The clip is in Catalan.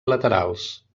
laterals